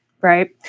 right